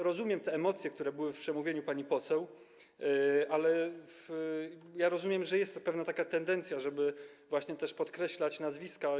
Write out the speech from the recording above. Rozumiem emocje, które były w przemówieniu pani poseł, ale rozumiem, że jest pewna tendencja, żeby właśnie podkreślać nazwiska.